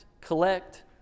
collect